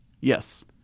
Yes